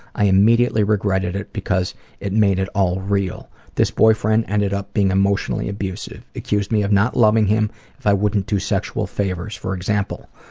i immediately regretted it because it made it all real. this boyfriend ended up being emotionally abusive. accused me of not loving him if i wouldn't perform sexual favors, for example.